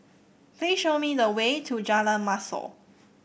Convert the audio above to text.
please show me the way to Jalan Mashor